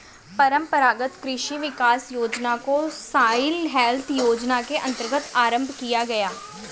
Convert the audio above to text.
परंपरागत कृषि विकास योजना को सॉइल हेल्थ योजना के अंतर्गत आरंभ किया गया है